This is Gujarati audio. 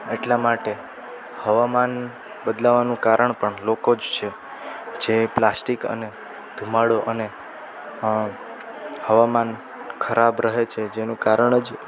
એટલાં માટે હવામાન બદલાવાનું કારણ પણ લોકો જ છે જે પ્લાસ્ટિક અને ધુમાડો અને હવામાન ખરાબ રહે છે જેનું કારણ જ